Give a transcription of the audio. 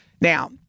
Now